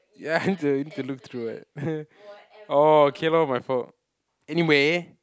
ya I need to need to look through it orh okay lor my fault anyway